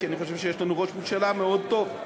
כי אני חושב שיש לנו ראש ממשלה מאוד טוב.